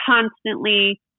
constantly